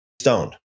stoned